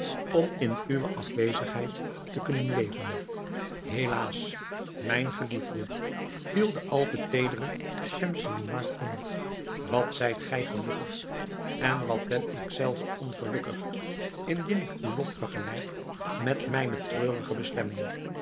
om in uwe afwezigheid te kunnen leven helaas mijn geliefde viel de al te teedere schemselnihar in wat zijt gij gelukkig en wat ben ik zelve ongelukkig indien ik uw lot vergelijk met mijne treurige bestemming